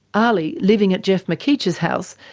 ali, living at geoff mckeitch's house,